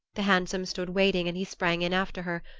the hansom stood waiting and he sprang in after her,